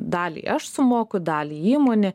dalį aš sumoku dalį įmonė